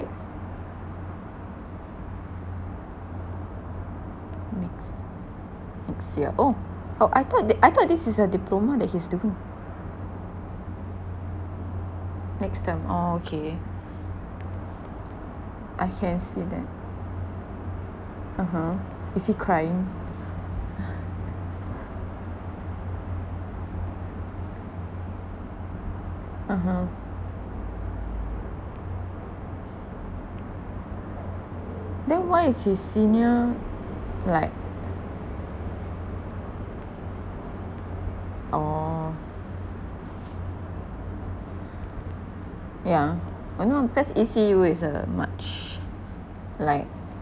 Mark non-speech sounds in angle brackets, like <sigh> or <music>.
next next year oh oh I thought that I thought this is a diploma that he's doing next term oh okay <noise> I can see that (uh huh) is he crying <laughs> (uh huh) then why is his senior like oh yeah uh no because E_C_U is a much like